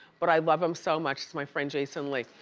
but i love him so much. he's my friend, jason lee.